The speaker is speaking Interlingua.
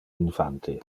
infante